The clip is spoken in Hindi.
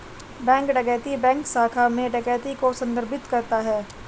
बैंक डकैती बैंक शाखा में डकैती को संदर्भित करता है